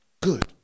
good